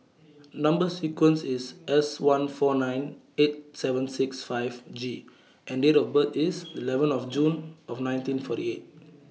Number sequence IS S one four nine eight seven six five G and Date of birth IS eleven of June of nineteen forty eight